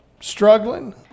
struggling